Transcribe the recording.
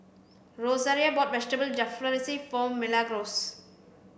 Rosaria bought Vegetable Jalfrezi for Milagros